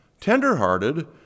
tenderhearted